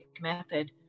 method